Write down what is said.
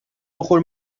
بخور